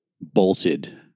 bolted